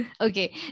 Okay